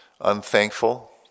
Unthankful